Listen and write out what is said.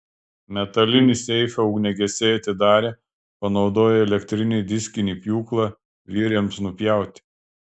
metalinį seifą ugniagesiai atidarė panaudoję elektrinį diskinį pjūklą vyriams nupjauti